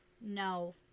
no